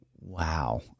Wow